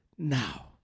Now